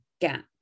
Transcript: gap